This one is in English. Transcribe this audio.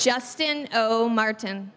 justin oh martin